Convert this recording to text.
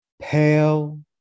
pale